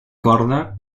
corda